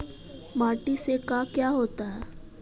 माटी से का क्या होता है?